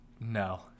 No